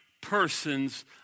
persons